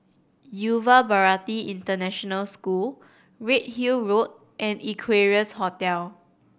Yuva Bharati International School Redhill Road and Equarius Hotel